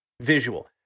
visual